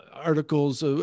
articles